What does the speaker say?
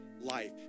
life